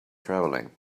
traveling